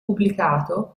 pubblicato